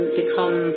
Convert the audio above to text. become